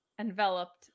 enveloped